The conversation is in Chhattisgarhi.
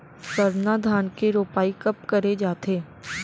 सरना धान के रोपाई कब करे जाथे?